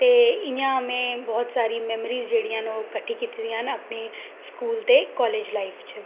ते इ'यां में बहुत सारी मेमरीज़ जेह्ड़ियां न ओह् किट्ठी कीती दियां न अपनी स्कूल ते कॉलेज लाईफ च